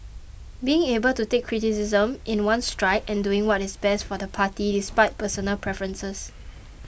being able to take criticism in one's stride and doing what is best for the party despite personal preferences